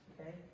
Okay